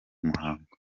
muhango